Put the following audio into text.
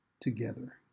together